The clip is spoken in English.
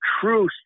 true